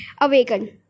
awaken